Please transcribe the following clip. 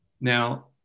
Now